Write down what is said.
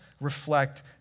reflect